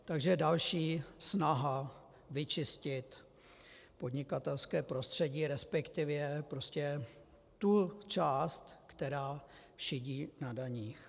Takže další snaha vyčistit podnikatelské prostředí, resp. prostě tu část, která šidí na daních.